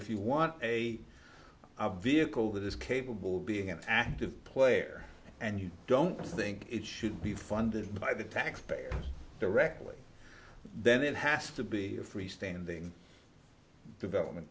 if you want a vehicle that is capable of being an active player and you don't think it should be funded by the taxpayer directly then it has to be a freestanding development